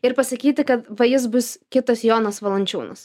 ir pasakyti kad va jis bus kitas jonas valančiūnas